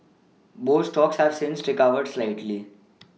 both stocks have since recovered slightly